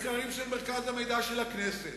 מחקרים של מרכז המידע של הכנסת,